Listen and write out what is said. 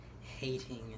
hating